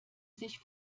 sich